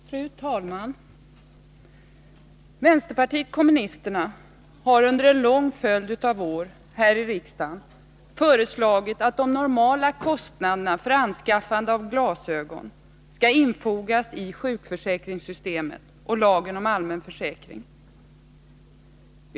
Fru talman! Vänsterpartiet kommunisterna har under en lång följd av år här i riksdagen föreslagit att de normala kostnaderna för anskaffande av glasögon skall infogas i sjukförsäkringssystemet och lagen om allmän försäkring.